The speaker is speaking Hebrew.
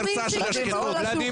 תקפוץ על השולחן קצת, בליאק.